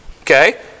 Okay